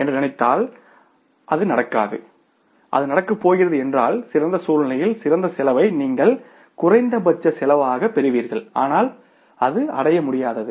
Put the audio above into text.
எனவே அது நடக்கப் போகிறது என்றால் சிறந்த சூழ்நிலையில் சிறந்த செலவை நீங்கள் குறைந்தபட்ச செலவாகப் பெறுவீர்கள் ஆனால் அது அடைய முடியாதது